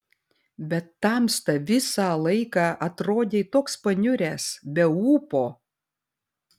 bet tamsta visą laiką atrodei toks paniuręs be ūpo